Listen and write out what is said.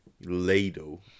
ladle